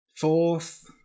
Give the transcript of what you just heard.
fourth